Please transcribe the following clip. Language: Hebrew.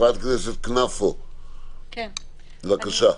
חברת הכנסת כנפו, בבקשה.